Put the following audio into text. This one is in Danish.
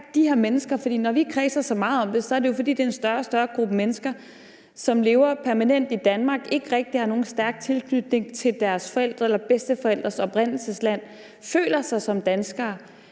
Når vi kredser meget om det, er det jo, fordi det er en større og større gruppe mennesker, som lever permanent i Danmark, ikke rigtig har nogen stærk tilknytning til deres forældre eller bedsteforældres oprindelsesland, føler sig som danskere,